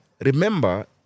Remember